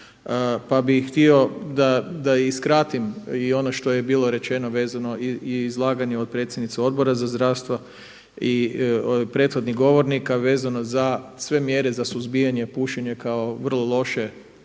pa bi htio da i skratim i ono što je bilo rečeno vezano i izlaganje od predsjednice Odbora za zdravstvo i prethodnih govornika vezano za sve mjere za suzbijanje pušenja kao vrlo loše